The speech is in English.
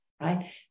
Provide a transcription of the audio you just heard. right